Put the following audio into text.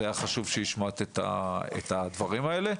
זה היה חשוב שהשמעת את הדברים האלה.